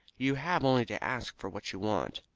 you have only to ask for what you want.